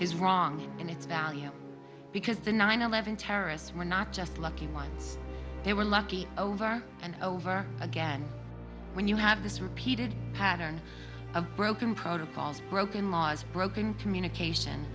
is wrong in its value because the nine eleven terrorists were not just lucky ones they were lucky over and over again when you have this repeated pattern of broken protocols broken laws broken communication